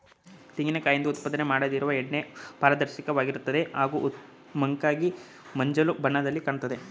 ತೆಂಗಿನ ಕಾಯಿಂದ ಉತ್ಪಾದನೆ ಮಾಡದಿರುವ ಎಣ್ಣೆ ಪಾರದರ್ಶಕವಾಗಿರ್ತದೆ ಹಾಗೂ ಮಂಕಾಗಿ ಮಂಜಲು ಬಣ್ಣದಲ್ಲಿ ಕಾಣಿಸ್ತದೆ